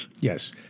Yes